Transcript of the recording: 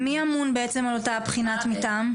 מי אמון על אותה בחינת מתאם?